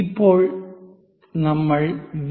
ഇപ്പോൾ നമ്മൾ വി